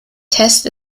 test